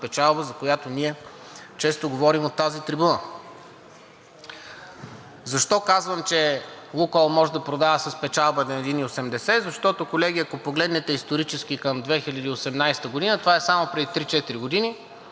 за която ние често говорим от тази трибуна. Защо казвам, че „Лукойл“ може да продава с печалба на 1,80? Защото, колеги, ако погледнете исторически към 2018 г. – това е само преди 3 – 4 години,